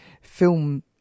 film